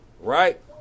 Right